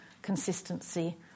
consistency